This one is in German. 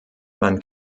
man